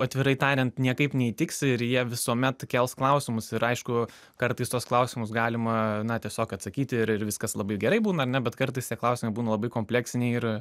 atvirai tariant niekaip neįtiksi ir jie visuomet kels klausimus ir aišku kartais tuos klausimus galima na tiesiog atsakyti ir ir viskas labai gerai būna ar ne bet kartais tie klausimai būna labai kompleksiniai ir